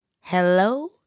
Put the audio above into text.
Hello